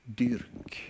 dyrk